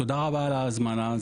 תודה רבה על ההזמנה,